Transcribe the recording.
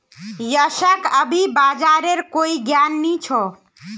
यशक अभी बाजारेर कोई ज्ञान नी छ